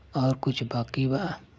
और कुछ बाकी बा?